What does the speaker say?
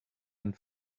and